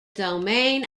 domain